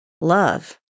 love